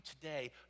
today